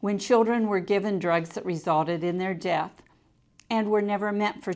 when children were given drugs that resulted in their death and were never meant for